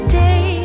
day